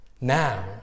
now